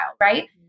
right